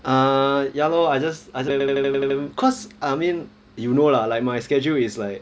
uh ya lor I just cause I mean you know lah like my schedule is like